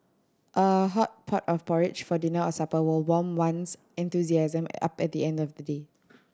a hot pot of porridge for dinner or supper will warm one's enthusiasm up at the end of a day